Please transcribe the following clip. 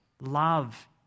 Love